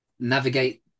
navigate